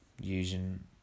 using